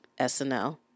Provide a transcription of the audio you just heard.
SNL